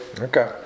okay